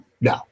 no